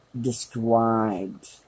described